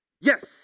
Yes